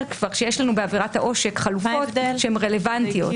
כשיש לנו בעבירת העושק חלופות שהן רלוונטיות.